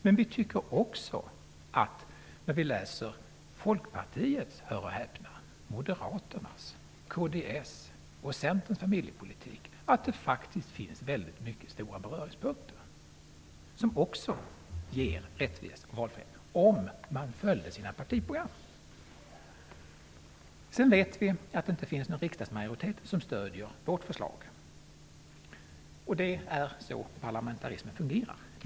Men vi tycker också -- hör och häpna -- när vi läser om Folkpartiets, Moderaternas, kds och Centerns familjepolitik att denna har många beröringspunkter med vår. Också deras politik skulle ge rättvisa och valfrihet, om partierna följde sina partiprogram. Vi vet också att det inte finns någon riksdagsmajoritet som stöder vårt förslag, och vi accepterar parlamentarismens sätt att fungera.